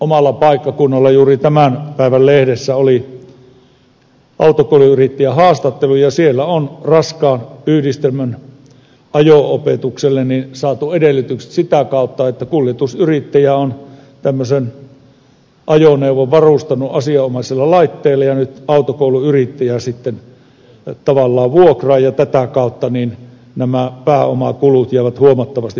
omalla paikkakunnalla juuri tämän päivän lehdessä oli autokouluyrittäjän haastattelu ja siellä on raskaan yhdistelmän ajo opetukselle saatu edellytykset sitä kautta että kuljetusyrittäjä on tämmöisen ajoneuvon varustanut asianomaisilla laitteilla ja nyt autokouluyrittäjä sitten tavallaan vuokraa sitä ja tätä kautta nämä pääomakulut jäävät huomattavasti pienemmiksi